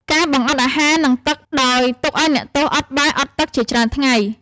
ការបង្អត់អាហារ និងទឹកដោយទុកឱ្យអ្នកទោសអត់បាយអត់ទឹកជាច្រើនថ្ងៃ។